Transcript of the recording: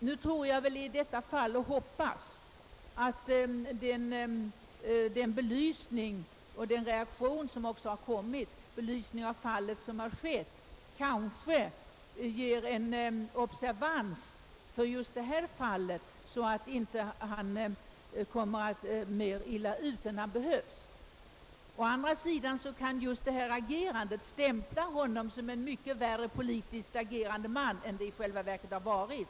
Nu hoppas och tror jag att den belysning och den reaktion som skett i detta fall, den observans som förekommit, skall leda till att vederbörande inte råkar alltför illa ut. Å andra sidan kan just detta agerande stämpla honom som en mycket mera politiskt verksam man än han i själva verket varit.